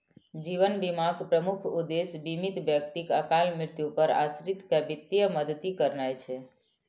जीवन बीमाक प्रमुख उद्देश्य बीमित व्यक्तिक अकाल मृत्यु पर आश्रित कें वित्तीय मदति करनाय छै